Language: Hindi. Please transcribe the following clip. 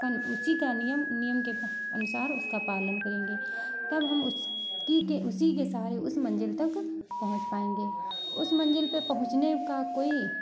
उसी का नियम नियम के अनुसार उसका पालन करेंगे तब हम उसी के उसी के सहारे उस मंजिल पर पहुँच पाएंगे उस मंजिल पे पहुचने का कोई